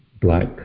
black